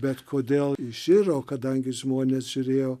bet kodėl iširo kadangi žmonės žiūrėjo